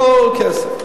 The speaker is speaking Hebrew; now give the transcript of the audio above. הכול כסף.